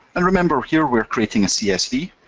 and remember here we're creating a csv,